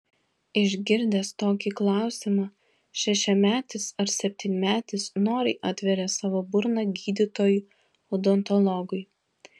išgirdęs tokį klausimą šešiametis ar septynmetis noriai atveria savo burną gydytojui odontologui